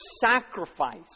sacrifice